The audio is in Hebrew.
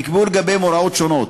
נקבעו לגביהם הוראות שונות.